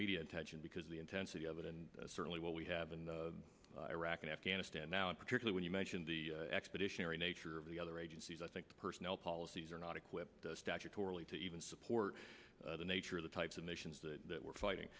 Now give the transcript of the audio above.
media attention because the intensity of it and certainly what we have in the iraq and afghanistan now in particular when you mention the expeditionary nature of the other agencies i think the personnel policies are not equipped statutorily to even support the nature of the types of missions that we're fighting